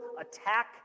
attack